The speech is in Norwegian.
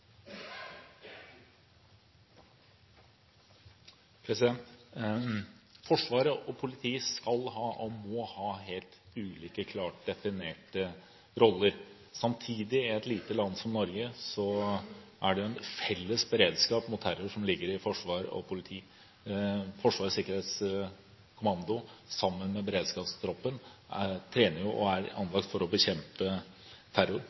med Forsvaret. Forsvaret og politiet skal og må ha helt ulike, klart definerte roller. I et lite land som Norge er det samtidig en felles beredskap mot terror som ligger i forsvar og politi. Forsvarets sikkerhetskommando sammen med beredskapstroppen trener og er anlagt for å bekjempe terror.